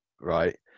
right